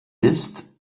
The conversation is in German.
ist